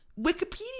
Wikipedia